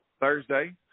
Thursday